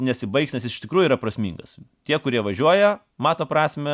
nesibaigs nes jis iš tikrųjų yra prasmingas tie kurie važiuoja mato prasmę